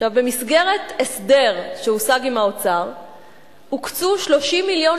במסגרת הסדר שהושג עם האוצר הוקצו 30 מיליון